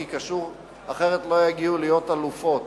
כי אחרת לא יגיעו להיות אלופות.